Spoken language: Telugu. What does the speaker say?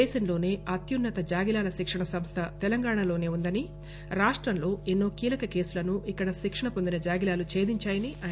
దేశంలోనే అత్యున్నత జాగిలాల శిక్షణ సంస్థ తెలంగాణలోసే ఉందని రాష్టంలో ఎన్సో కీలక కేసులను ఇక్కడ శిక్షణ పొందిన జాగిలాలు చేధించాయని ఆయన చెప్పారు